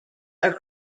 are